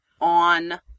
on